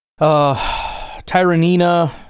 Tyranina